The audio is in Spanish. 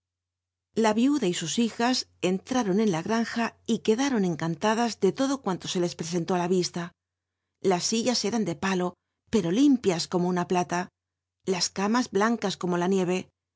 ta yiuda y sus hijas entraron n la granja y lfucdaron encantadas de lotlo cu lnlo se les presentó it la yisla las silla eran de palo pero limpias como una plata tas cama blaucas como la nieve